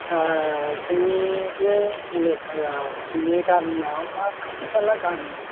जोंनि बे एलेकायाव जोंनि गामियाव बा खाथि खाला गामि